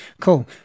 cool